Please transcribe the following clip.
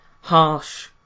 harsh